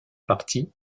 partie